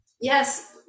Yes